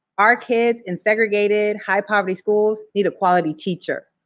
our kids in segregated, high-poverty schools need a quality teacher.